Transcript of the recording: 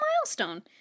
milestone